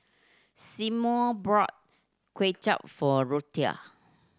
Symone brought Kway Chap for Ruthie